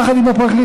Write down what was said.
יחד עם הפרקליטות,